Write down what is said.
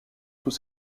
sous